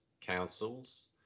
councils